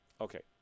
okay